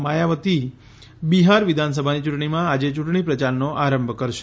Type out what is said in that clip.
માયાવતી બિહાર વિધાનસભાની ચૂંટણીમાં આજે ચૂંટણી પ્રચારનો આરંભ કરશે